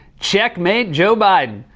checkmate, joe biden!